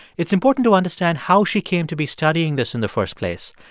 it's important to understand how she came to be studying this in the first place.